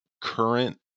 current